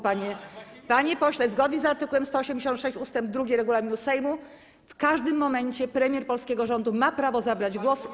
Panie pośle, zgodnie z art. 186 ust. 2 regulaminu Sejmu w każdym momencie premier polskiego rządu ma prawo zabrać głos.